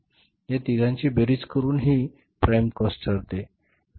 या तिघांची बेरीज करून ही प्राइम कॉस्ट ठरते